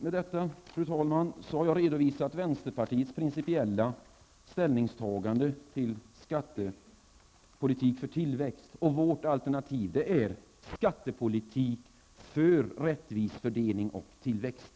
Med detta, fru talman, har jag redovisat vänsterpartiets principiella inställning till en skattepolitik för tillväxt. Vårt alternativ är: En skattepolitik för rättvis fördelning och tillväxt.